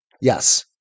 Yes